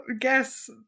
guess